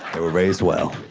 they were raised well.